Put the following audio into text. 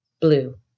blue